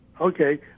Okay